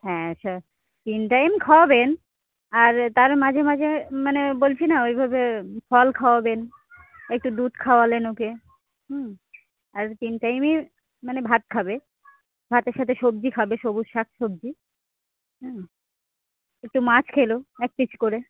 হ্যাঁ আচ্ছা তিন টাইম খাওয়াবেন আর তার মাঝে মাঝে মানে বলছি না ওইভাবে ফল খাওয়াবেন একটু দুধ খাওয়ালেন ওকে হুম আর তিন টাইমই মানে ভাত খাবে ভাতের সাথে সবজি খাবে সবুজ শাক সবজি হুম একটু মাছ খেলো একটি পিস করে